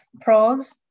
pros